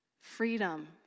Freedom